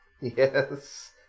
Yes